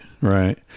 Right